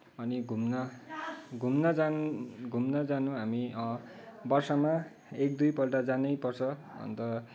अनि घुम्न घुम्न जान घुम्न जान हामी वर्षमा एक दुईपल्ट जानैपर्छ अन्त